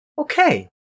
Okay